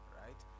right